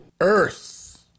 Earth